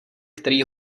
který